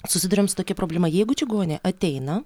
susiduriam su tokia problema jeigu čigonė ateina